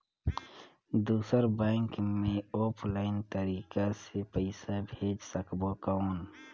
दुसर बैंक मे ऑफलाइन तरीका से पइसा भेज सकबो कौन?